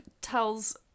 tells